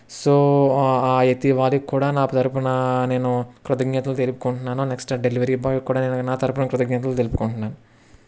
so ఆ ఎతి వారికి కూడా నాకు తరుపున నేను కృతజ్ఞతలు తెలుపుకుంటున్నాను నెక్స్ట్ ఆ డెలివరీ బాయ్కి కూడా నేను నా తరపున కృతజ్ఞతలు తెలుపుకుంటున్నాను